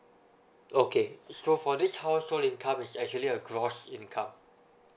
okay so for this household income it's actually a gross income